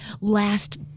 last